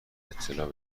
اطلاع